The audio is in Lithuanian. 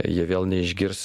jie vėl neišgirs